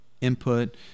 input